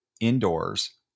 indoors